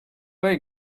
they